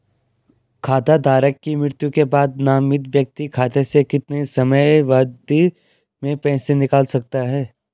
खाता धारक की मृत्यु के बाद नामित व्यक्ति खाते से कितने समयावधि में पैसे निकाल सकता है?